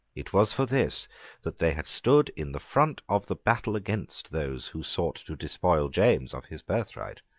it was for this that they had stood in the front of the battle against those who sought to despoil james of his birthright.